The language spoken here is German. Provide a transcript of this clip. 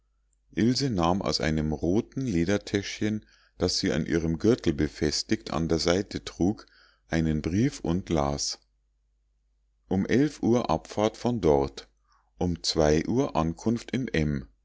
ilse nahm aus einem roten ledertäschchen das sie an ihrem gürtel befestigt an der seite trug einen brief und las um elf uhr abfahrt von dort um zwei uhr ankunft in m